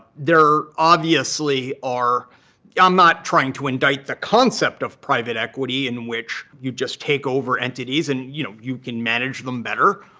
there obviously are yeah i'm not trying to indict the concept of private equity in which you just take over entities and you know you can manage them better,